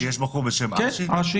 יש בחור בשם אשי.